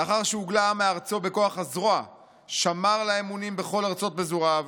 לאחר שהוגלה העם מארצו בכוח הזרוע שמר לה אמונים בכל ארצות פזוריו,